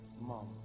mom